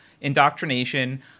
indoctrination